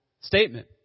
statement